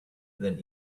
then